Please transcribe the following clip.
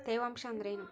ತೇವಾಂಶ ಅಂದ್ರೇನು?